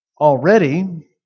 already